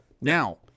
Now